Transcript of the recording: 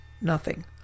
Nothing